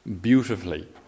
beautifully